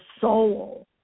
soul